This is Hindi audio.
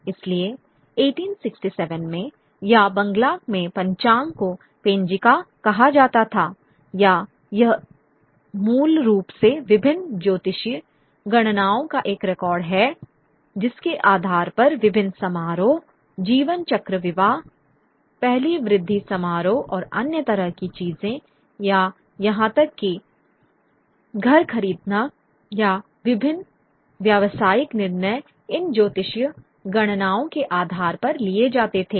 इसलिए 1867 में या बंगला में पंचांग को पेंजिका कहा जाता था या यह मूल रूप से विभिन्न ज्योतिषीय गणनाओं का एक रिकॉर्ड है जिसके आधार पर विभिन्न समारोह जीवन चक्र विवाह पहली वृद्धि समारोह और अन्य तरह की चीजें या यहां तक कि घर खरीदना या विभिन्न व्यावसायिक निर्णय इन ज्योतिषीय गणनाओं के आधार पर लिए जाते थे